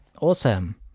Awesome